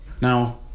Now